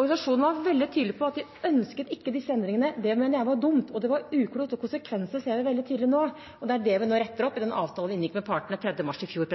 Organisasjonene var veldig tydelige på at de ikke ønsket disse endringene. Det mener jeg var dumt, og det var uklokt – og konsekvensene ser vi veldig tydelig nå. Det er det vi nå retter opp i den avtalen vi inngikk med partene 3. mars i fjor.